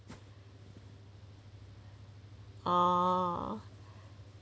oo